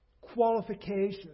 qualifications